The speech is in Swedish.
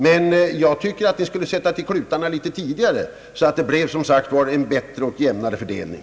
Men jag tycker att ni skulle sätta till klutarna litet tidigare — då kunde det som sagt bli en bättre och jämnare fördelning.